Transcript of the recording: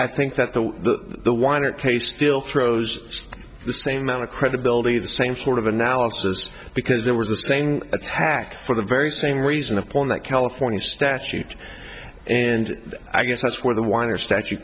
i think that the the weiner case still throws the same amount of credibility the same sort of analysis because there was the same attack for the very same reason upon that california statute and i guess that's where the weiner statue